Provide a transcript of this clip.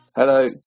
Hello